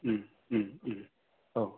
औ